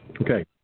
okay